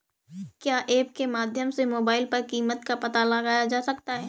क्या ऐप के माध्यम से मोबाइल पर कीमत का पता लगाया जा सकता है?